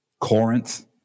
Corinth